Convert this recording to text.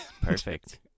perfect